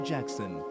Jackson